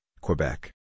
Quebec